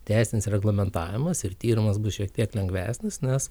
teisinis reglamentavimas ir tyrimas bus šiek tiek lengvesnis nes